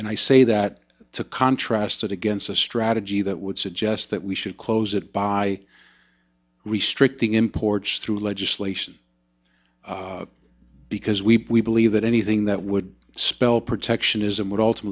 and i say that to contrast it against a strategy that would suggest that we should close it by restricting imports through legislation because we believe that anything that would spell protectionism would